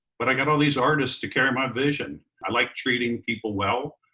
but i got all these artists to carry my vision. i like treating people well.